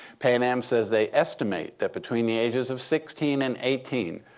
pan am says they estimate that between the ages of sixteen and eighteen,